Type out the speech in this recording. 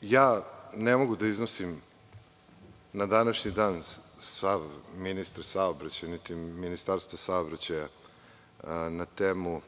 tačno. Ne mogu da iznosim na današnji dan stav ministra saobraćaja, niti Ministarstva saobraćaja na temu